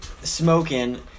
smoking